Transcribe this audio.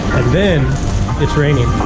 then it's raining.